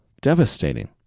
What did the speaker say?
Devastating